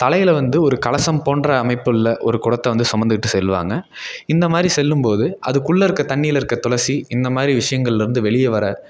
தலையில் வந்து ஒரு கலசம் போன்ற அமைப்புள்ள ஒரு குடத்த வந்து சுமந்துக்கிட்டு செல்வாங்க இந்தமாதிரி செல்லும்போது அதுக்குள்ளே இருக்க தண்ணியில இருக்க துளசி இந்த மாதிரி விஷியங்கள்லருந்து வெளிய வர